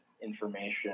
information